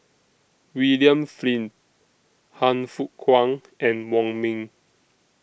William Flint Han Fook Kwang and Wong Ming